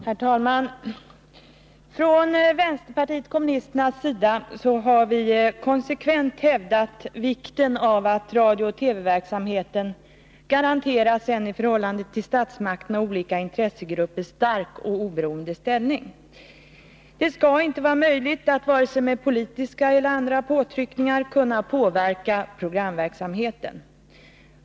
Herr talman! Från vänsterpartiet kommunisternas sida har vi konsekvent hävdat vikten av att radiooch TV-verksamheten garanteras en i förhållande till statsmakterna och olika intressegrupper stark och oberoende ställning. Det skall inte vara möjligt att med vare sig politiska eller andra påtryckningar kunna påverka programverksamheten.